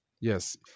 yes